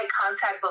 contact